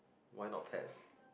why not pets